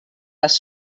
les